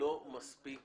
לא מספיק